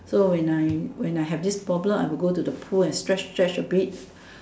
so when I when I have this problem I will go to the pool stretch stretch a bit